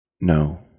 No